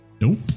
Nope